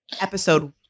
episode